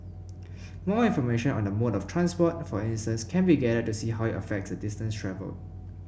more information on the mode of transport for instance can be gathered to see how it affects the distance travelled